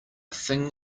thing